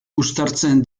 uztartzen